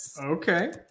Okay